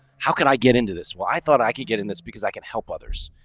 how can i get into this? well, i thought i could get in this because i can help others.